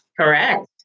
Correct